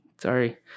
sorry